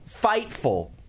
FIGHTFUL